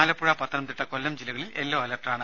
ആലപ്പുഴ പത്തനംത്തിട്ട കൊല്ലം ജില്ലകളിൽ യെല്ലോ അലർട്ടാണ്